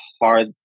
hard